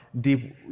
deep